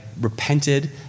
repented